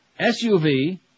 SUV